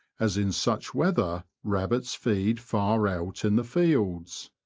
as in such weather rabbits feed far out in the fields.